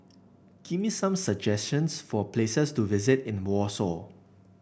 give me some suggestions for places to visit in Warsaw